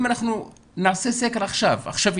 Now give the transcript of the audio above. אם אנחנו נעשה סקר עכשווי,